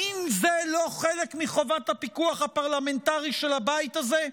האם זה לא חלק מחובת הפיקוח הפרלמנטרי של הבית הזה?